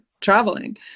traveling